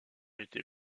été